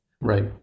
Right